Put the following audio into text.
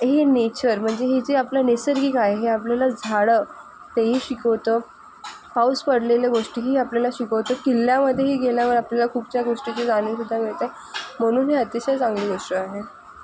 हे नेचर म्हणजे हे जे आपलं नैसर्गिक आहे हे आपल्याला झाडं तेही शिकवतं पाऊस पडलेले गोष्टीही आपल्याला शिकवतो किल्ल्यामध्येही गेल्यावर आपल्याला खूपशा गोष्टीची जाणीव सुद्धा मिळते म्हणून ही अतिशय चांगली गोष्ट आहे